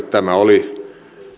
tämä oli